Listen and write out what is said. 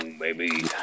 baby